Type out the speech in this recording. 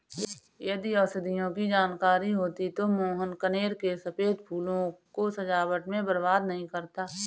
यदि औषधियों की जानकारी होती तो मोहन कनेर के सफेद फूलों को सजावट में बर्बाद नहीं करता